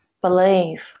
believe